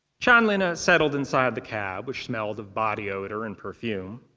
chanlina settled inside the cab, which smelled of body odor and perfume.